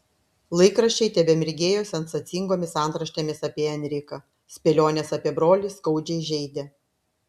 laikraščiai tebemirgėjo sensacingomis antraštėmis apie enriką spėlionės apie brolį skaudžiai žeidė